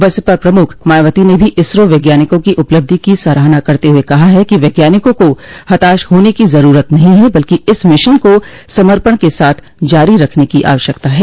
बसपा प्रमुख मायावती ने भी इसरो वैज्ञानिकों की उपलब्धि की सराहना करते हुए कहा है कि वैज्ञानिकों को हताश होने की जरूरत नहीं है बल्कि इस मिशन को समर्पण के साथ जारी रखने की आवश्यकता है